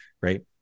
right